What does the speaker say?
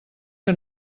que